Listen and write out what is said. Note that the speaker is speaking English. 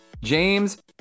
James